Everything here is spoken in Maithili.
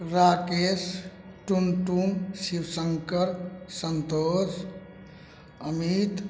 राकेश टुनटुन शिवशंकर संतोष अमित